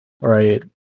Right